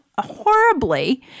horribly